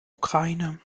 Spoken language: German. ukraine